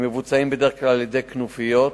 הם מבוצעים בדרך כלל על-ידי כנופיות,